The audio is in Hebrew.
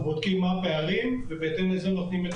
אנחנו בודקים מה הפערים ובהתאם לזה נותנים את